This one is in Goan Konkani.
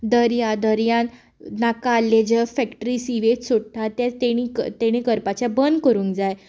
दर्या दर्यांत नाका जाल्लें जे फॅक्ट्री सी वेस्ट सोडटा तें तेणी तेणी करपाचें बंद करूंक जाय